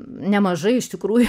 nemažai iš tikrųjų